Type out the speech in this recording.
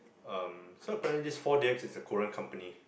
um so apparently this four D_X is a Korean company